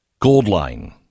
Goldline